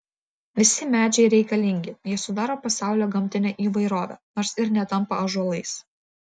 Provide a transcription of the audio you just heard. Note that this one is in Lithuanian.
visi medžiai reikalingi jie sudaro pasaulio gamtinę įvairovę nors ir netampa ąžuolais